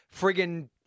friggin